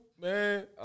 man